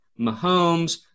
Mahomes